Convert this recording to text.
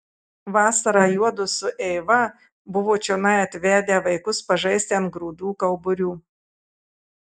vasarą juodu su eiva buvo čionai atvedę vaikus pažaisti ant grūdų kauburių